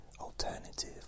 alternative